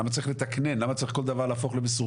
למה צריך לתקנן, למה צריך כל דבר להפוך למסורבל?